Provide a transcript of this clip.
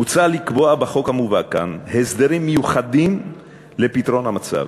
מוצע לקבוע בחוק המובא כאן הסדרים מיוחדים לפתרון המצב.